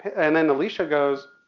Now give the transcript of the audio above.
and then alicia goes,